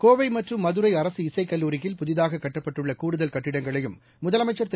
கோவைமற்றும் மதுரைஅரசு இசைக்கல்லூரியில் புதிதாககட்டப்பட்டுள்ளகூடுதல் கட்டிடங்களையும் முதலமைச்சர் திரு